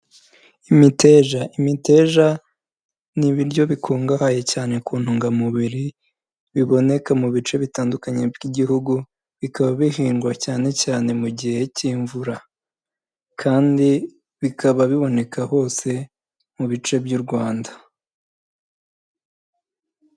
Imiteja. Imiteja ni ibiryo bikungahaye cyane ku ntungamubiri, biboneka mu bice bitandukanye by'Igihugu. Bikaba bihingwa cyane cyane mu gihe cy'imvura kandi bikaba biboneka hose mu bice by'u Rwanda.